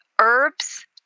herbs